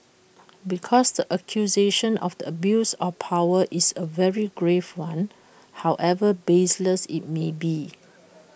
because the accusation of the abuse of power is A very grave one however baseless IT may be